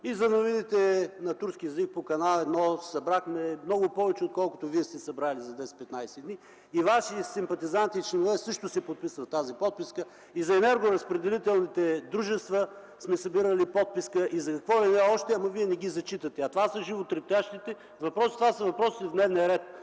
И за новините на турски език по „Канал 1” събрахме много повече, отколкото вие сте събрали за 10-15 дни. Ваши членове и симпатизанти също се подписват в тази подписка. И за енергоразпределителните дружества сме събирали подписка, и за какво ли още не, но вие не ги зачитате. А това са животрептящи въпроси. Това са въпросите на дневния ред